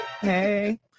Hey